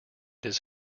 his